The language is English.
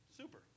Super